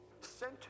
sent